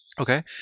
Okay